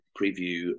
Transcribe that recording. preview